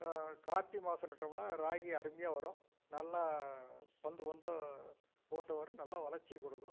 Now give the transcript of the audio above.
கார்த்திகை மாசம் நட்டோமுனா ராகி அருமையாக வரும் நல்லா பந்து பந்தாக போட்டால் வரும் நல்ல வளர்ச்சியை கொடுக்கும்